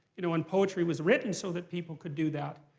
you know, and poetry was written so that people could do that.